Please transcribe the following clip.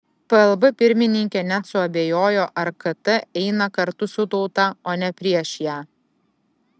plb pirmininkė net suabejojo ar kt eina kartu su tauta o ne prieš ją